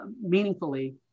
meaningfully